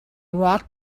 walked